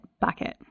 bucket